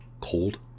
cold